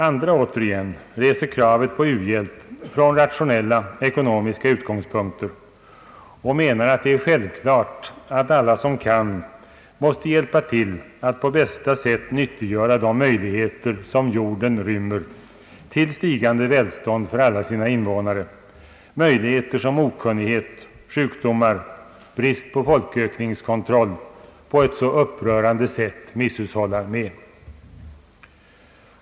Andra återigen reser kravet på u-hjälp från rationella ekonomiska utgångspunkter och menar att det är självklart att alla som kan måste hjälpa till att på bästa sätt nyttiggöra de möjligheter som jorden rymmer till stigande välstånd för alla sina invånare; möjligheter som okunnighet, sjukdomar, brist på folkökningskontroll på ett så upprörande sätt mishushållar med.